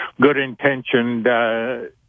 good-intentioned